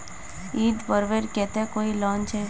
ईद पर्वेर केते कोई लोन छे?